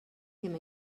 him